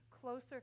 closer